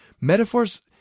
Metaphors